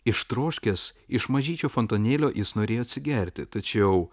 ištroškęs iš mažyčio fontanėlio jis norėjo atsigerti tačiau